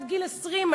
כי זה עד גיל 20,